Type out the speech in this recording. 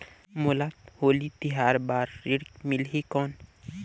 मोला होली तिहार बार ऋण मिलही कौन?